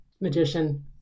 magician